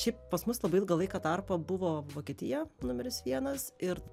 šiaip pas mus labai ilgą laiką tarpą buvo vokietija numeris vienas ir